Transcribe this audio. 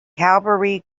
cavalry